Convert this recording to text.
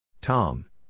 Tom